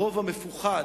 הרוב המפוחד,